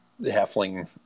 halfling